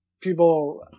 people